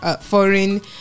foreign